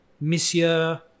Monsieur